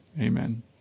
amen